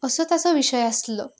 असो ताचो विशय आसलो